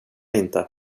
inte